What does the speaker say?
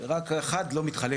רק אחד לא מתחלף.